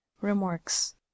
Remarks